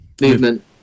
Movement